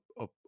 up